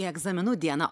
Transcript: į egzaminų dieną